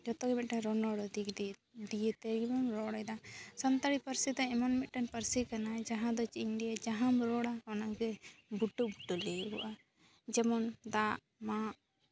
ᱡᱚᱛᱚ ᱜᱮ ᱢᱤᱫᱴᱟᱝ ᱨᱚᱱᱚᱲ ᱫᱤᱠ ᱫᱤᱭᱮ ᱫᱤᱭᱮ ᱛᱮᱜᱮ ᱵᱚᱱ ᱨᱚᱲ ᱮᱫᱟ ᱥᱟᱱᱛᱟᱲᱤ ᱯᱟᱹᱨᱥᱤ ᱫᱚ ᱮᱢᱚᱱ ᱢᱤᱫᱴᱟᱝ ᱯᱟᱹᱨᱥᱤ ᱠᱟᱱᱟ ᱡᱟᱦᱟᱸ ᱫᱚ ᱪᱮᱫ ᱤᱧ ᱞᱟᱹᱭᱟ ᱡᱟᱦᱟᱸᱢ ᱨᱚᱲᱟ ᱚᱱᱟᱜᱮ ᱵᱩᱴᱟᱹ ᱵᱩᱴᱟᱹ ᱞᱟᱹᱭᱟᱜᱚᱜᱼᱟ ᱡᱮᱢᱚᱱ ᱫᱟᱜ ᱢᱟᱜ